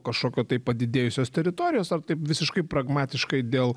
kažkokio tai padidėjusios teritorijos ar taip visiškai pragmatiškai dėl